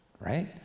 right